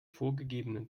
vorgegebenen